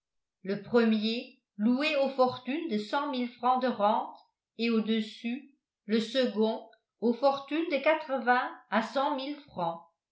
le premier loué aux fortunes de cent mille francs de rente et au-dessus le second aux fortunes de quatre-vingts à cent mille francs